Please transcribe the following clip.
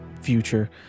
future